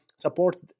Support